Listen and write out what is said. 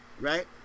right